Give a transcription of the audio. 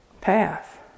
path